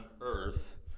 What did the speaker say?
earth